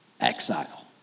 exile